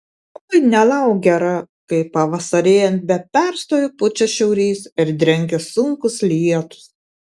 oi nelauk gera kai pavasarėjant be perstojo pučia šiaurys ir drengia sunkūs lietūs